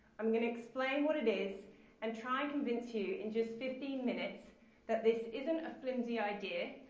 i'm going to explain what it is and try and convince you in just fifteen minutes that this isn't a flimsy idea,